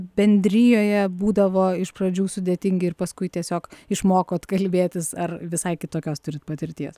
bendrijoje būdavo iš pradžių sudėtingi ir paskui tiesiog išmokot kalbėtis ar visai kitokios turit patirties